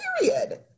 Period